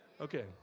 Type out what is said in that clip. Okay